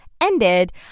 ended